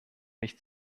nicht